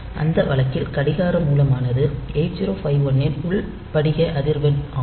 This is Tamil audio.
அந்த வழக்கில் கடிகார மூலமானது 8051 இன் உள் படிக அதிர்வெண் ஆகும்